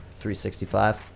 365